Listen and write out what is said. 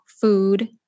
food